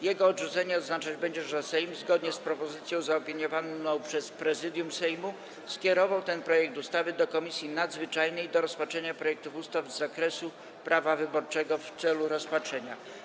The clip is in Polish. Jego odrzucenie oznaczać będzie, że Sejm, zgodnie z propozycją zaopiniowaną przez Prezydium Sejmu, skierował ten projekt ustawy do Komisji Nadzwyczajnej do rozpatrzenia projektów ustaw z zakresu prawa wyborczego w celu rozpatrzenia.